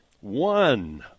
One